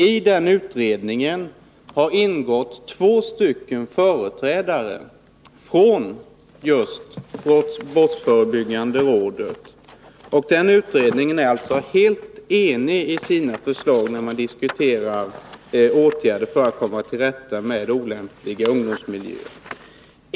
I den utredningen har ingått två företrädare för just brottsförebyggande rådet. Utredningen är helt enigi fråga om sina förslag till åtgärder för att komma till rätta med olämpliga ungdomsmiljöer.